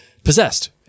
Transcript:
Possessed